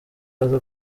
aza